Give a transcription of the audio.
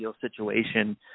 situation